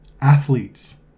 athletes